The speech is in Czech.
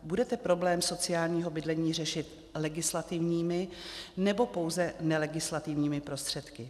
Budete problém sociálního bydlení řešit legislativními, nebo pouze nelegislativními prostředky?